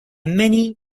many